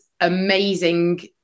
amazing